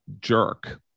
jerk